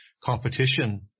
competition